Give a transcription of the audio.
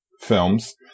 films